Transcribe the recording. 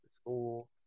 school